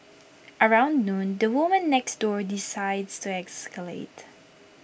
around noon the woman next door decides to escalate